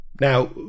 now